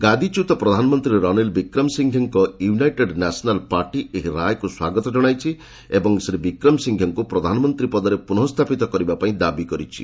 ଗାଦିଚ୍ୟୁତ ପ୍ରଧାନମନ୍ତ୍ରୀ ରନିଲ ବିକ୍ରମ ସିଂଘେଙ୍କ ୟୁନାଇଟେଡ୍ ନ୍ୟାସନାଲ୍ ପାର୍ଟି ଏହି ରାୟକ୍ତ ସ୍ୱାଗତ ଜଣାଇଛି ଏବଂ ଶ୍ରୀ ବିକ୍ମ ସିଂଘେଙ୍କୁ ପ୍ରଧାନମନ୍ତ୍ରୀ ପଦରେ ପୁନଃ ସ୍ଥାପିତ କରିବା ପାଇଁ ଦାବି କରିଛି